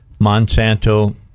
monsanto